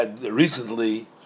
recently